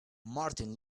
martin